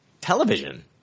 television